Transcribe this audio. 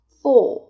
four